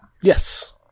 Yes